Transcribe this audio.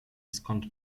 skąd